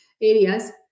areas